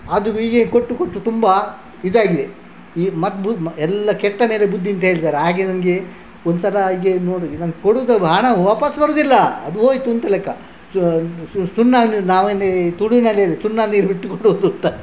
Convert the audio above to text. ಅದು ಹೀಗೆ ಕೊಟ್ಟು ಕೊಟ್ಟು ತುಂಬ ಇದಾಗಿದೆ ಈ ಮತ್ತು ಬುದ್ಧಿ ಎಲ್ಲ ಕೆಟ್ಟ ಮೇಲೆ ಬುದ್ಧಿ ಅಂತ ಹೇಳ್ತಾರೆ ಹಾಗೆ ನನಗೆ ಒಂದ್ಸಲ ಹಾಗೇ ನೋಡಿ ನಾನು ಕೊಡುವುದು ಹಣ ವಾಪಸ್ಸು ಬರುವುದಿಲ್ಲ ಅದು ಹೋಯಿತು ಅಂತ ಲೆಕ್ಕ ಸುಣ್ಣ ನೀರು ನಾವಿಲ್ಲಿ ತುಳುವಿನಲ್ಲಿ ಹೇಳಿ ಸುಣ್ಣ ನೀರು ಬಿಟ್ಕೊಡುವುದು ಅಂತ